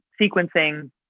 sequencing